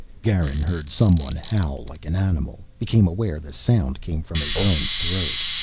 garin heard someone howl like an animal, became aware the sound came from his own throat.